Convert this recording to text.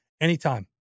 anytime